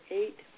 eight